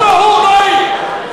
תאפשר לו לסיים את דבריו.